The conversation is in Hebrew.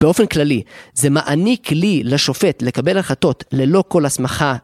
באופן כללי, זה מעניק כלי לשופט לקבל החלטות ללא כל הסמכה.